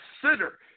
consider